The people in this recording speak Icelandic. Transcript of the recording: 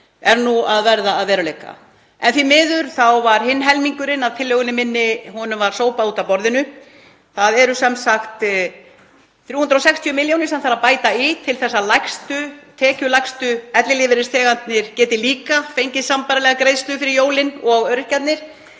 er nú að verða að veruleika. Því miður var hinum helmingnum af tillögunni minni sópað út af borðinu. Það eru sem sagt 360 milljónir sem þarf að bæta í til að tekjulægstu ellilífeyrisþegarnir geti fengið sambærilegar greiðslur fyrir jólin og öryrkjarnir.